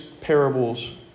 parables